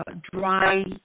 dry